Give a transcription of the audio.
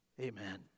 Amen